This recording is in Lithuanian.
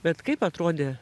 bet kaip atrodė